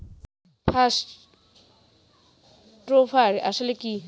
Fund transfer আসলে কী?